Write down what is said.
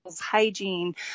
hygiene